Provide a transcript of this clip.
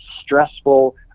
stressful